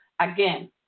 again